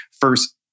first